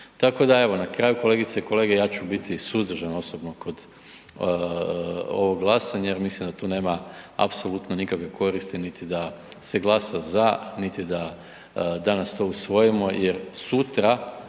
Tako da evo, na kraju kolegice i kolege ja ću biti suzdržan osobno kod ovog glasanja jer mislim da tu nema apsolutno nikakve koristi niti da se glasa za, niti da danas to usvojimo jer sutra,